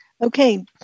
Okay